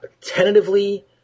tentatively